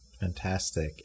Fantastic